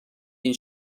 این